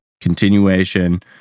Continuation